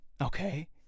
okay